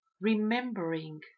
Remembering